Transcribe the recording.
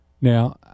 Now